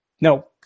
no